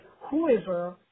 whoever